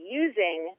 using